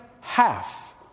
half